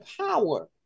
power